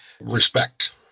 respect